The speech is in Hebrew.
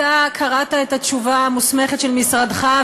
אתה קראת את התשובה המוסמכת של משרדך,